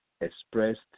expressed